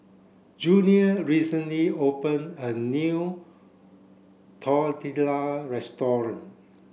Junior recently open a new Tortilla restaurant